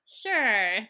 sure